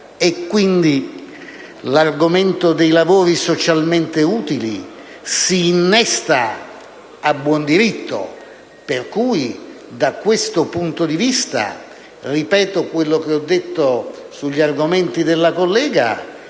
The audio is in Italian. e, quindi, l'argomento dei lavori socialmente utili si innesta a buon diritto. Pertanto, da questo punto di vista, ripeto quello che ho detto in ordine agli argomenti sollevati